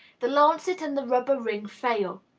the lancet and the rubber ring fail.